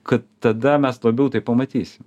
kad tada mes labiau tai pamatysim